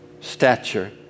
stature